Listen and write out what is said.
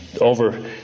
over